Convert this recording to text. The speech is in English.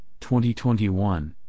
2021